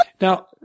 Now